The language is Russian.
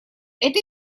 эта